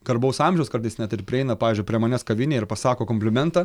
garbaus amžiaus kartais net ir prieina pavyzdžiui prie manęs kavinėj ir pasako komplimentą